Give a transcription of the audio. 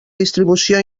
distribució